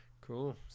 Cool